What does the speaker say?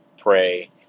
pray